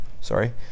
sorry